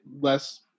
less